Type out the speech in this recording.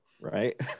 right